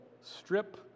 strip